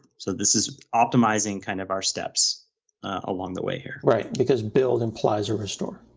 so this is optimizing kind of our steps along the way here. right, because build implies a restore?